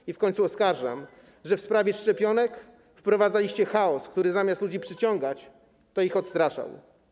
I w końcu oskarżam o to, że w sprawie szczepionek wprowadzaliście chaos, który zamiast ludzi przyciągać, to ich odstraszał.